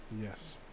Yes